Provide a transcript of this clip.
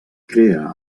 crea